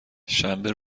شنبه